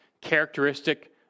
characteristic